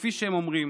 כפי שהם אומרים,